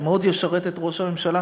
זה מאוד ישרת את ראש הממשלה,